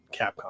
Capcom